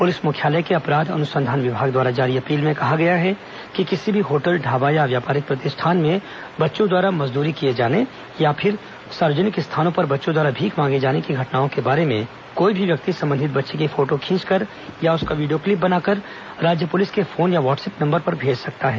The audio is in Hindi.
पुलिस मुख्यालय के अपराध अनुसंधान विभाग द्वारा जारी अपील में कहा गया है कि किसी भी होटल ढाबा या व्यापारिक प्रतिष्ठान में बच्चों द्वारा मजदूरी किये जाने या फिर सार्वजनिक स्थानों पर बच्चों द्वारा भीख मांगे जाने की घटनाओं के बारे में कोई भी व्यक्ति संबंधित बच्चे की फोटो खींच कर या उसका विडियो क्लिप बनाकर राज्य पुलिस के फोन या व्हाट्सएप नंबर पर भेज सकता है